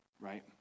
right